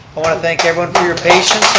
i want to thank everyone for your patience